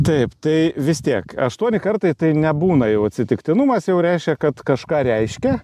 taip tai vis tiek aštuoni kartai tai nebūna jau atsitiktinumas jau reiškia kad kažką reiškia